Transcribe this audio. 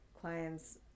clients